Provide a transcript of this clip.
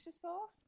sauce